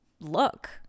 look